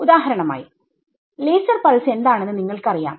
ഉദാഹരണമായി laser pulse എന്താണെന്ന് നിങ്ങൾക്ക് അറിയാം